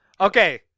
Okay